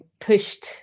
pushed